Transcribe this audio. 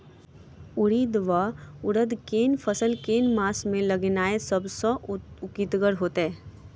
उड़ीद वा उड़द केँ फसल केँ मास मे लगेनाय सब सऽ उकीतगर हेतै?